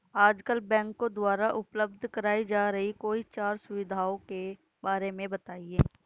आजकल बैंकों द्वारा उपलब्ध कराई जा रही कोई चार सुविधाओं के बारे में बताइए?